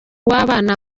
w’abana